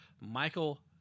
Michael